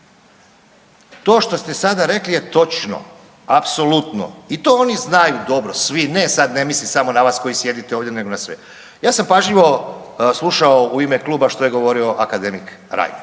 To što ste sada rekli je točno, apsolutno i to oni znaju dobro svi, ne sad ne mislim samo na vas koji sjedite ovdje nego na sve. Ja sam pažljivo slušao u ime kluba što je govorio akademik Reiner